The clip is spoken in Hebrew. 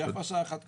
ויפה שעה אחת קודם.